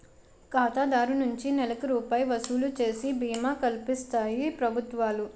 ఖాతాదారు నుంచి నెలకి రూపాయి వసూలు చేసి బీమా కల్పిస్తాయి ప్రభుత్వాలు